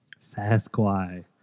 Sasquatch